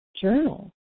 journal